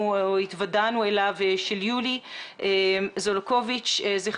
התוודענו אליו של יולי זולקוביץ' ז"ל,